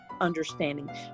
understanding